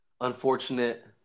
unfortunate